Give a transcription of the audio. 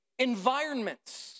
environments